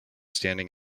standing